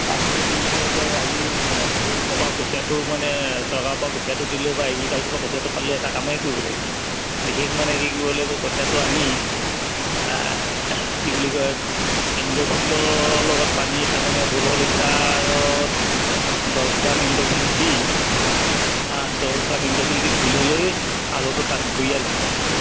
পটাচটো দি পিনি এতিয়া আজি হেৰি পৰা কঠীয়াাটো মানে চৰকাৰৰ পৰা কঠীয়াটো দিলেও বা এগ্ৰিকালচাৰৰ পৰা কঠীয়াটো পালেও এটা কামেই কৰিব লাগিব বিশেষ মানে কি কৰিব লাগিব কঠীয়াটো আনি কি বুলি কয় ইণ্ড্ৰফিলৰ লগত পানী তাৰমান ষোল লিটাৰত দহ গ্ৰাম ইণ্ড্ৰফিল দি দহ গ্ৰাম ইণ্ড্ৰফিল দি ঘুলি লৈ আলুটো তাত বুৰিয়াই ল'ম তাৰমানে